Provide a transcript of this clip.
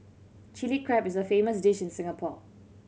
Chilli Crab is a famous dish in Singapore